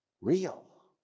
real